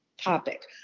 topic